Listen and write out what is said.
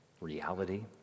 reality